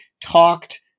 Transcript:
talked